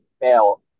fail